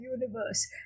universe